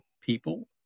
people